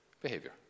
behavior